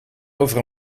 over